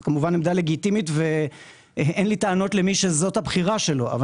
זאת כמובן עמדה לגיטימית ואין לי טענות למי שזאת הבחירה שלו אבל